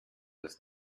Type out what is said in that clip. das